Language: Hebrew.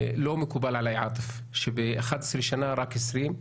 לא מקובל עלי, עאטף, שב-11 שנה רק 20 חופים.